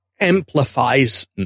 Amplifies